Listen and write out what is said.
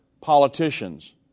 politicians